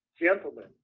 gentlemen